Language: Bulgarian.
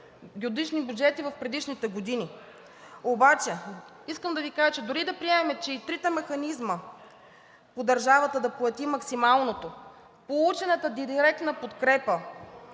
годишни бюджети в предишните години, но искам да Ви кажа, че дори да приемем, че и по трите механизма държавата да плати максималното, получената директна подкрепа